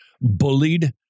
bullied